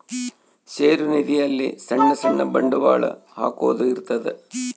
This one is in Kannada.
ಷೇರು ನಿಧಿ ಅಲ್ಲಿ ಸಣ್ ಸಣ್ ಬಂಡವಾಳ ಹಾಕೊದ್ ಇರ್ತದ